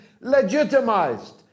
legitimized